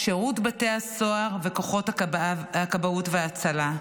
שירות בתי הסוהר וכוחות הכבאות וההצלה.